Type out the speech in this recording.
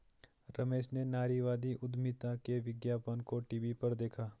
रमेश ने नारीवादी उधमिता के विज्ञापन को टीवी पर देखा